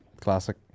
classic